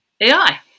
AI